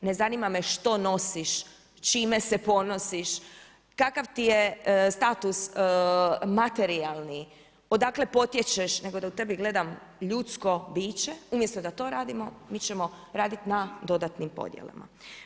Ne zanima me što nosiš, čime se ponosiš, kakav ti je status materijalni, odakle potječeš, nego da u tebi gledam ljudsko biće, umjesto da to radimo, mi ćemo raditi na dodatnim podjelama.